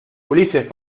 ulises